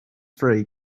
free